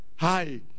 Hi